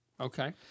Okay